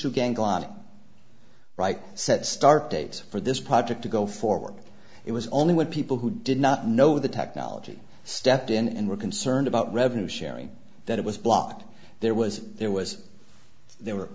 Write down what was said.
gangland right set start date for this project to go forward it was only what people who did not know the technology stepped in and were concerned about revenue sharing that it was blocked there was there was there were